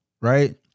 right